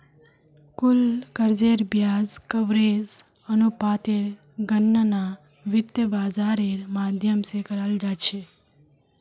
कुल कर्जेर ब्याज कवरेज अनुपातेर गणना वित्त बाजारेर माध्यम से कराल जा छे